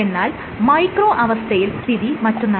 എന്നാൽ മൈക്രോ അവസ്ഥയിൽ സ്ഥിതി മറ്റൊന്നാണ്